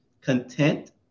content